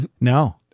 No